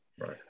right